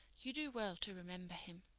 you do well to remember him.